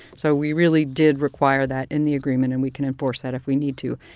so, we really did require that in the agreement and we can enforce that if we need to.